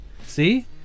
See